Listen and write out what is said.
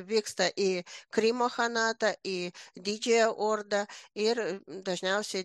vyksta į krymo chanatą į didžiąją ordą ir dažniausiai